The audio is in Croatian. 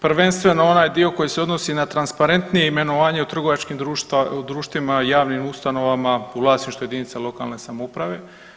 Prvenstveno onaj dio koji se odnosi na transparentnije imenovanje u trgovačkim društvima i javnim ustanovama u vlasništvu jedinica lokalne samouprave.